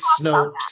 Snopes